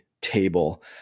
table